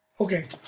okay